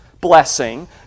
blessing